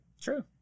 True